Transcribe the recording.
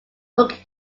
look